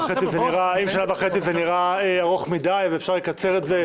אם שנה וחצי נראה ארוך מדי ואפשר לקצר את זה,